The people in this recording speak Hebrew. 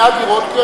מעט דירות,